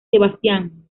sebastian